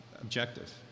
objective